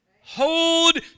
Hold